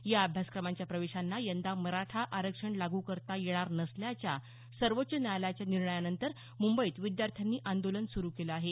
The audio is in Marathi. या अभ्यासक्रमांच्या प्रवेशांना यंदा मराठा आरक्षण लागू करता येणार नसल्याच्या सर्वोच्च न्यायालयाच्या निर्णयानंतर मुंबईत विद्यार्थ्यांनी आंदोलन सुरू केलं आहे